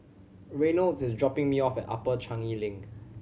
Reynolds is dropping me off at Upper Changi Link